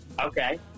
Okay